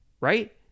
right